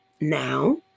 Now